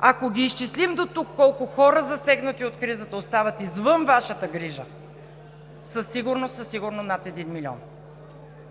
Ако изчислим дотук колко хора, засегнати от кризата, остават извън Вашата грижа, със сигурност са над един милион.